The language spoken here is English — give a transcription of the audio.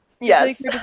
Yes